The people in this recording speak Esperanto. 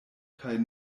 kaj